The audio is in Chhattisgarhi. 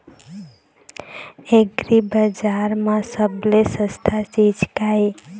एग्रीबजार म सबले सस्ता चीज का ये?